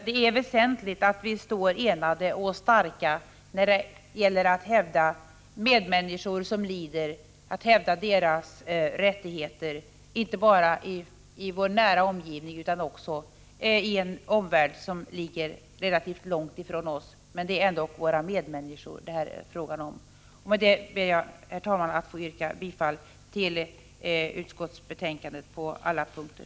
Det är väsentligt att vi står enade och starka när det gäller att hävda lidande medmänniskors rättigheter, inte bara i vår nära omgivning utan också i en omvärld som ligger relativt långt ifrån oss. Det är ändock våra medmänniskor det är fråga om. Med detta ber jag, herr talman, att få yrka bifall till utskottets hemställan på alla punkter.